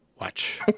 watch